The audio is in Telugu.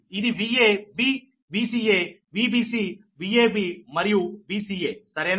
ఇది Va V Vca Vbc Vab మరియు Vca సరేనా